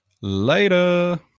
later